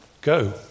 go